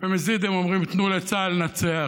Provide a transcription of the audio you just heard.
שבמזיד הם אומרים: תנו לצה"ל לנצח,